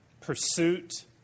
pursuit